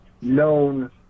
known